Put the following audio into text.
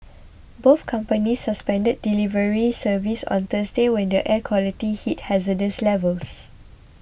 both companies suspended delivery service on Thursday when the air quality hit hazardous levels